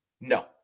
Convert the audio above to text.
No